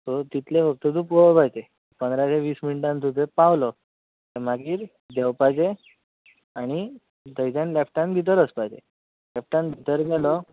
so तितले पावतकूच देवपाचे पंदरा ते वीस मिणटान तूं थंय पावलो कांय मागीर देवपाचें आनी थंयच्यान लेफ्टान भितर वसपाचें लेफ्टान भितर गेलो